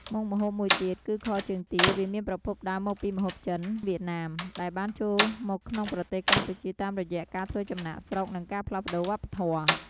មុខម្ហូបមួយទៀតគឺខជើងទា វាមានប្រភពដើមមកពីម្ហូបចិន-វៀតណាម ដែលបានចូលមកក្នុងប្រទេសកម្ពុជាតាមរយៈការធ្វើចំណាកស្រុក និងការផ្លាស់ប្តូរវប្បធម៌។